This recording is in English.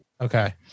Okay